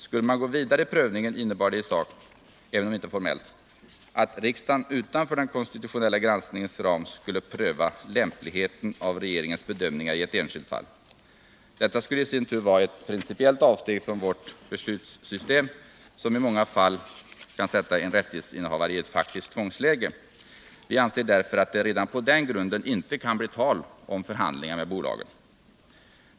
Skulle man gå vidare i prövningen innebar det i sak — även om inte formellt — att riksdagen utanför den konstitutionella granskningens ram skulle pröva lämpligheten av regeringens bedömningar i ett enskilt fall. Detta skulle i sin tur vara ett principiellt avsteg från vårt beslutsystem, som i många fall kan sätta en rättighetsinnehavare i ett faktiskt tvångsläge. Vi anser därför att det redan på den grunden inte kan bli tal om förhandlingar med bolaget.